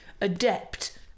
adept